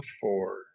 four